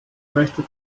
meiste